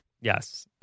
Yes